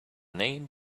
name